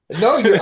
No